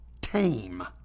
tame